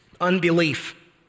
unbelief